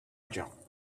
jump